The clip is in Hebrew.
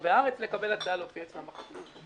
ברחבי הארץ לקבל הצעה להופיע אצלו בחתונה.